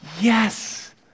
Yes